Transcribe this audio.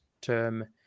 term